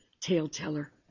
tale-teller